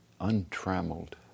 Untrammeled